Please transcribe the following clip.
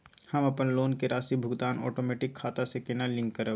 हम अपन लोन के राशि भुगतान ओटोमेटिक खाता से केना लिंक करब?